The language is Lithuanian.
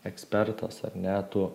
ekspertas ar ne tu